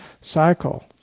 cycle